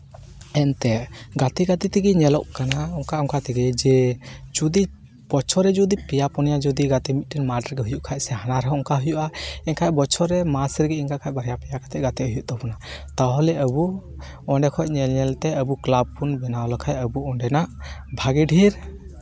ᱮᱱᱛᱮᱫ ᱜᱟᱛᱮ ᱜᱟᱛᱮ ᱛᱮᱜᱮ ᱧᱮᱞᱚᱜ ᱠᱟᱱᱟ ᱚᱱᱠᱟ ᱚᱱᱠᱟ ᱛᱮᱜᱮ ᱡᱮ ᱡᱩᱫᱤ ᱵᱚᱪᱷᱚᱨ ᱨᱮ ᱡᱩᱫᱤ ᱯᱮᱭᱟ ᱯᱩᱱᱭᱟᱹ ᱡᱩᱫᱤ ᱜᱟᱛᱮ ᱢᱤᱫᱴᱮᱱ ᱢᱟᱴᱷ ᱨᱮᱜᱮ ᱦᱩᱭᱩᱜ ᱠᱷᱟᱡ ᱥᱮ ᱦᱟᱱᱟ ᱨᱮᱦᱚᱸ ᱚᱱᱠᱟ ᱦᱩᱭᱩᱜᱼᱟ ᱮᱱᱠᱷᱟᱡ ᱵᱚᱪᱷᱚᱨ ᱨᱮ ᱢᱟᱥ ᱨᱮᱜᱮ ᱤᱝᱠᱟ ᱵᱟᱨᱭᱟ ᱯᱮᱭᱟ ᱠᱟᱛᱮ ᱜᱟᱛᱮ ᱦᱩᱭᱩᱜ ᱛᱟᱵᱚᱱᱟ ᱛᱟᱦᱚᱞᱮ ᱟᱵᱚ ᱚᱸᱰᱮ ᱠᱷᱚᱡ ᱧᱮᱞ ᱧᱮᱞ ᱛᱮ ᱟᱵᱚ ᱠᱞᱟᱵᱽ ᱵᱚ ᱵᱮᱱᱟᱣ ᱥᱮᱠᱷᱟᱡ ᱟᱵᱚ ᱚᱸᱰᱮᱱᱟᱜ ᱵᱷᱟᱜᱮ ᱰᱷᱤᱨ